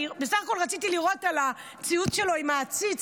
בסך הכול רציתי לראות, הציוץ שלו עם העציץ,